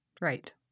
Right